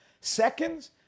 seconds